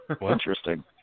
Interesting